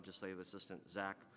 legislative assistant zack